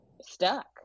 stuck